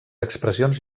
expressions